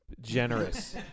generous